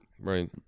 Right